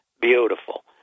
beautiful